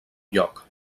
lloc